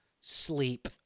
sleep